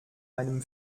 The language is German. meinem